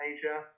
Asia